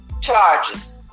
charges